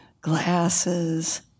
Glasses